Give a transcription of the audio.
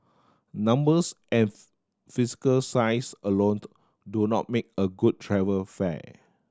numbers and physical size alone do not make a good travel fair